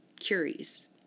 curies